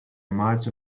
march